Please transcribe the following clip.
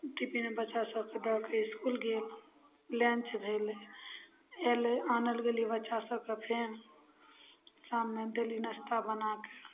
tiffin बच्चा सब कऽ दऽके इसकुल गेल लञ्च भेलै अयलै आनल गेलै बच्चा सबके फेर शाममे देली नश्ता बनाके